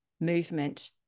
movement